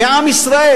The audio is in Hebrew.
מעם ישראל.